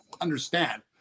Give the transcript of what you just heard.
understand